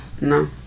No